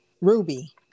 Ruby